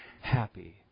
happy